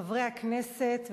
חברי הכנסת,